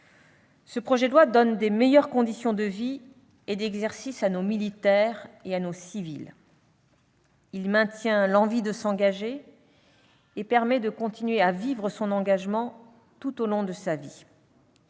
Ce projet de loi donne de meilleures conditions de vie et d'exercice à nos militaires et à nos civils. Il maintient l'envie de s'engager et permet de continuer à vivre son engagement tout au long de sa vie.